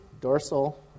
dorsal